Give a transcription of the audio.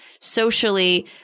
socially